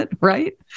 Right